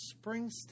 Springsteen